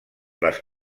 les